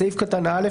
בסעיף קטן (א),